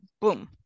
boom